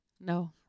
No